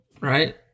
right